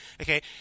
okay